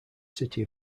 city